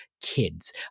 kids